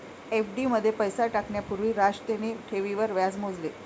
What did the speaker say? FD मध्ये पैसे टाकण्या पूर्वी राजतने ठेवींवर व्याज मोजले